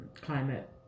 climate